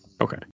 Okay